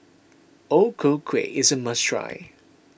O Ku Kueh is a must try